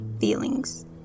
feelings